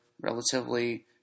relatively